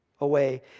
away